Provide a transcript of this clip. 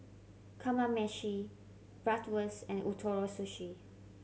Kamameshi Bratwurst and Ootoro Sushi